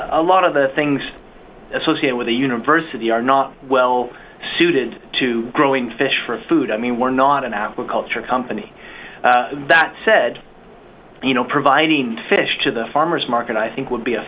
a lot of the things associated with the university are not well suited to growing fish for food i mean we're not an agricultural company that said you know providing fish to the farmers market i think would be a